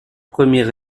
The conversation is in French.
premier